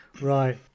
right